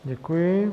Děkuji.